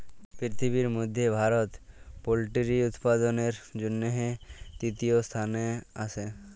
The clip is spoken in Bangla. পিরথিবির ম্যধে ভারত পোলটিরি উৎপাদনের জ্যনহে তীরতীয় ইসথানে আসে